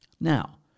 Now